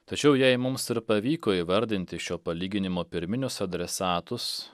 tačiau jei mums ir pavyko įvardinti šio palyginimo pirminius adresatus